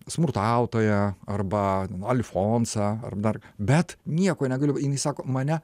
smurtautoją arba alfonsą ar dar bet nieko negaliu sako mane